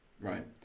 Right